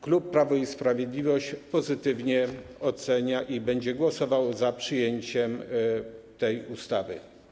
Klub Prawo i Sprawiedliwość pozytywnie go ocenia i będzie głosował za przyjęciem tej ustawy.